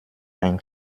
ein